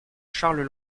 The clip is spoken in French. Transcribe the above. charles